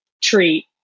treat